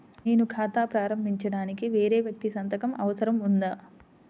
నేను ఖాతా ప్రారంభించటానికి వేరే వ్యక్తి సంతకం అవసరం ఉందా?